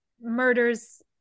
murders